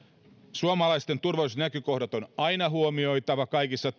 suomalaisten turvallisuusnäkökohdat on aina huomioitava kaikissa